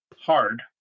hard